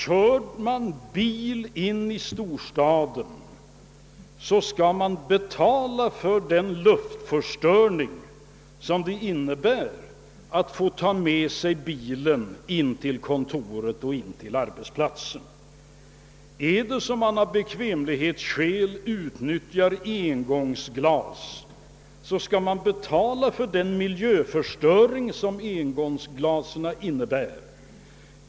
Kör man bil in i storstaden till sin arbetsplats, skall man betala för den luftförstöring som det innebär. Om man av bekvämlighetsskäl utnyttjar engångsglas, skall man betala för den miljöförstöring som engångsglasen innebär.